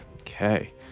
Okay